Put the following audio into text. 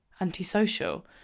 antisocial